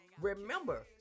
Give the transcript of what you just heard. Remember